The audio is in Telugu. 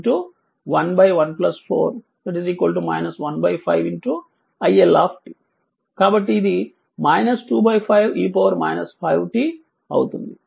కాబట్టి ఇది 2 5 e 5 t అవుతుంది